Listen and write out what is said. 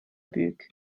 büyük